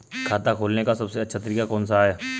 खाता खोलने का सबसे अच्छा तरीका कौन सा है?